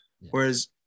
Whereas